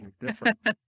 different